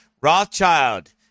Rothschild